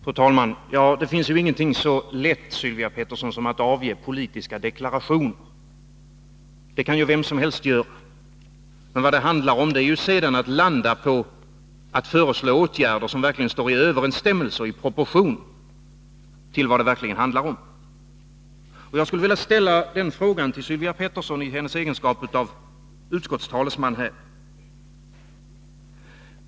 Fru talman! Det finns ingenting så lätt, Sylvia Pettersson, som att avge politiska deklarationer. Det kan vem som helst göra. Men konsten är att sedan landa på att föreslå åtgärder, som står i proportion till vad det verkligen handlar om. Jag skulle därför vilja ställa en fråga till Sylvia Pettersson i hennes egenskap av utskottets talesman.